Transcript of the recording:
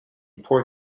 poor